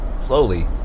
slowly